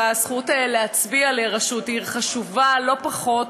והזכות להצביע לרשות עיר חשובה לא פחות,